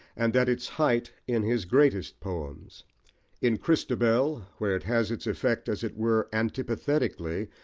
and at its height in his greatest poems in christabel, where it has its effect, as it were antipathetically,